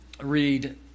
read